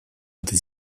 этой